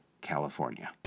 California